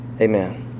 Amen